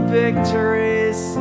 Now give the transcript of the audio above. victories